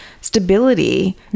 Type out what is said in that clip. stability